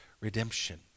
redemption